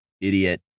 idiot